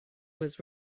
was